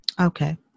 Okay